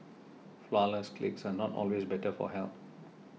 Flourless Cakes are not always better for health